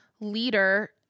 leader